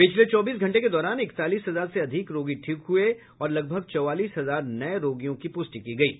पिछले चौबीस घंटे के दौरान इकतालीस हजार से अधिक रोगी ठीक हुए और लगभग चौवालीस हजार नये रोगियों की प्रष्टि की गई है